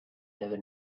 never